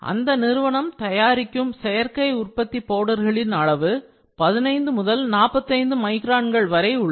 அந்த நிறுவனம் தயாரிக்கும் செயற்கை உற்பத்தி பவுடர்களின் அளவு 15 முதல் 45 மைக்ரான்கள் வரை உள்ளது